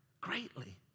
Greatly